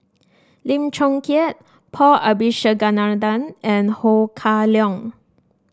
Lim Chong Keat Paul Abisheganaden and Ho Kah Leong